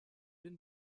den